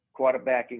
quarterbacking